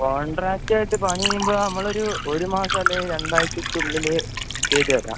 കോൺട്രാക്റ്റായിട്ട് പണിയുമ്പോള് നമ്മളൊരു ഒരു മാസം അല്ലെങ്കില് രണ്ടാഴ്ചയ്ക്കുള്ളില് ചെയ്തുതരാം